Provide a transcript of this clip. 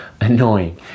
annoying